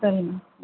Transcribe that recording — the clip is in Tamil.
சரிங்கன்னா